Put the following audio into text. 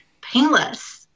painless